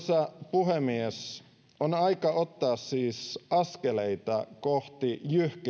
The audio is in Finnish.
puhemies on aika ottaa siis askeleita kohti jyhkeämpää